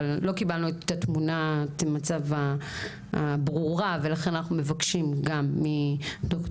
אבל לא קיבלנו את תמונת המצב הברורה ולכן אנחנו מבקשים גם מד"ר